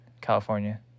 California